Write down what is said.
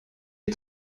est